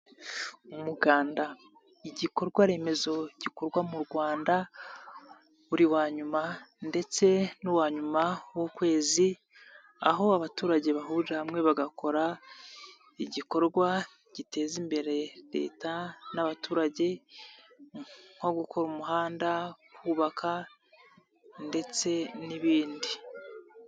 Umuganda, igikorwa remezo gikorwa mu Rwanda buri wa nyuma ndetse n'uwa nyuma w'ukwezi, aho abaturage bahurira hamwe bagakora igikorwa giteza imbere leta n'abaturage nko gukora umuhanda, kubaka ndetse n'ibindi.